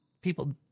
People